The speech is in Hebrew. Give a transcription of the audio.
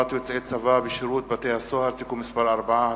יוצאי צבא בשירות בתי-הסוהר) (תיקון מס' 4),